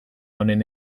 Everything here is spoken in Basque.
honen